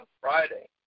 Friday